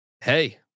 Hey